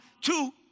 two